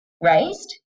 raised